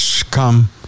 come